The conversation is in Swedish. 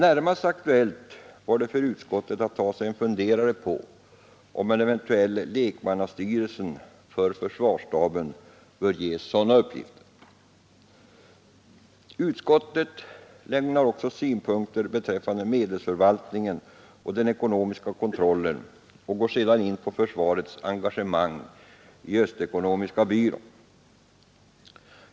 Närmast aktuellt var det för utskottet att ta sig en funderare på om en eventuell lekmannastyrelse för försvarsstaben bör ges sådana uppgifter. Utskottet lämnar också synpunkter beträffande medelsförvaltningen och den ekonomiska kontrollen och går sedan in på försvarets engagemang i Öst Ekonomiska Byrån.